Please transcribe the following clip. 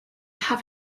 have